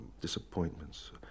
disappointments